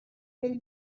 بریم